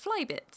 Flybits